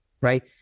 right